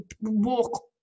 walk